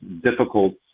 difficult